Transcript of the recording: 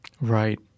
Right